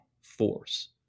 force